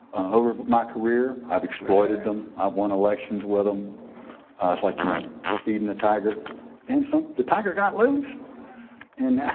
over my career, i've exploited them, i've won elections with them. it's like you know feeding the tiger and the tiger got loose and now,